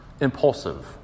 impulsive